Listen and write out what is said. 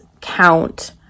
count